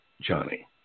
Johnny